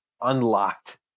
unlocked